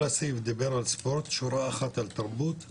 כל הסעיף דיבר על ספורט, שורה אחת על תרבות?